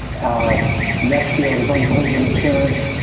um next year it was unpaid insurance.